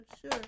sure